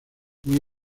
muy